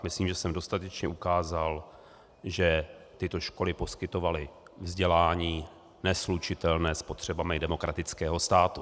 Myslím, že jsem dostatečně ukázal, že tyto školy poskytovaly vzdělání neslučitelné s potřebami demokratického státu.